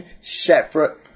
separate